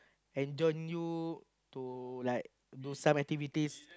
anD_Join you to like do some activities